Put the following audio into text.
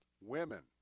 Women